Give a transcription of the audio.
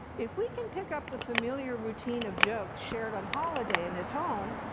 if we can pick up the familiar routine of jokes shared on holiday and at home,